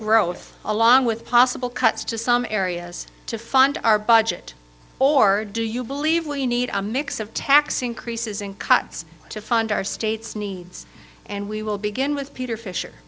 growth along with possible cuts to some areas to fund our budget or do you believe we need a mix of tax increases in cuts to fund our state's needs and we will begin with peter fisher